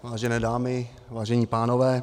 Vážené dámy, vážení pánové.